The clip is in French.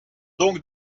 donc